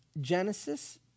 Genesis